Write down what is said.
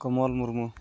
Kamal Murmu